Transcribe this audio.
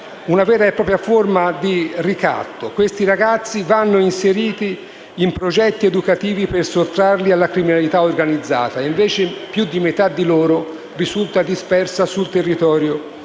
Una vera e propria forma di ricatto. Questi ragazzi vanno inseriti in progetti educativi per sottrarli alla criminalità organizzata, invece più di metà di loro risulta dispersa sul territorio